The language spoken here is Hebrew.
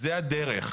זו הדרך.